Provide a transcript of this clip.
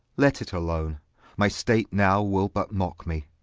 let it alone my state now will but mocke me.